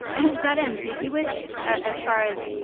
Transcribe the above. is that ambiguous, as far as.